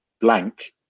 blank